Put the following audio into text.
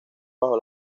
bajo